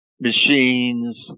machines